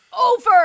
over